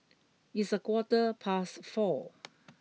its a quarter past four